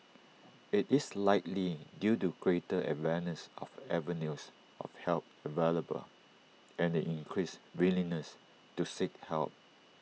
IT is likely due to greater awareness of avenues of help available and the increased willingness to seek help